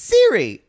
Siri